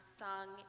sung